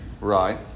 Right